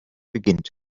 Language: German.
beginnt